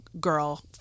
girl